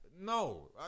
no